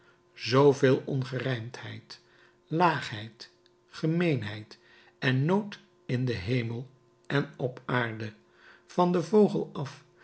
zooveel ongerijmdheid laagheid gemeenheid en nood in den hemel en op aarde van den vogel af